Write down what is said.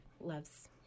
loves